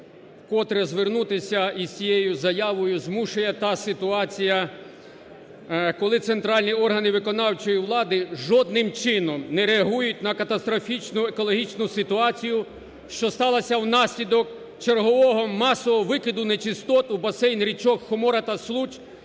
Вкотре звернутися з цією заявою змушує та ситуація, коли центральні органи виконавчої влади жодним чином не реагують на катастрофічну, екологічну ситуацію, що сталася внаслідок чергового масового викиду нечистот у басейн річок Хомора та Случ